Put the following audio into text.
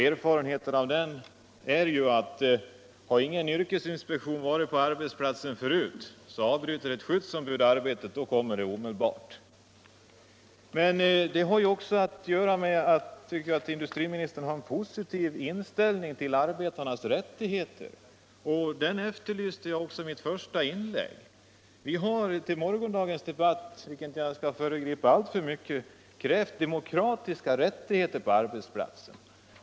Erfarenheten är den att om ingen yrkesinspektion har varit på arbetsplatsen förut och skyddsombudet avbryter arbetet, så kommer yrkesinspektionen omedelbart. Industriministern visade att han har en positiv inställning till arbetarnas rättigheter, vilket jag efterlyste i mitt första inlägg. Vi har till morgondagens debatt — vilken jag inte skall föregripa alltför mycket — krävt demokratiska rättigheter på arbetsplatsen.